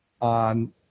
on